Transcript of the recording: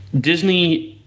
Disney